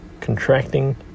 contracting